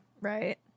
Right